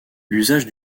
l’usage